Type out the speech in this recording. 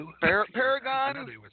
Paragon